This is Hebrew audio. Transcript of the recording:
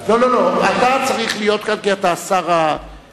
לא, לא, אתה צריך להיות כאן כי אתה השר התורן.